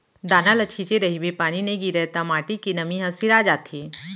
दाना ल छिंचे रहिबे पानी नइ गिरय त माटी के नमी ह सिरा जाथे